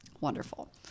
wonderful